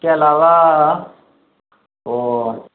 اس کے علاوہ اور